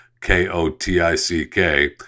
K-O-T-I-C-K